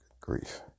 Grief